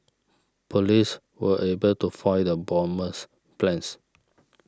police were able to foil the bomber's plans